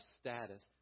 status